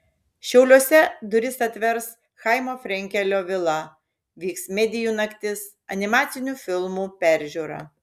šiauliuose duris atvers chaimo frenkelio vila vyks medijų naktis animacinių filmų peržiūra